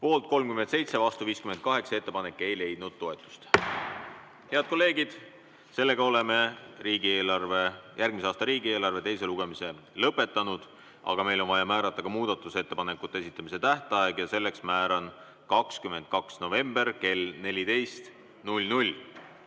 Poolt 37, vastu 58. Ettepanek ei leidnud toetust. Head kolleegid! Oleme järgmise aasta riigieelarve teise lugemise lõpetanud, aga meil on vaja määrata muudatusettepanekute esitamise tähtaeg ja selleks määran 22. novembri kell 14.